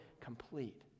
complete